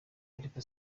ariko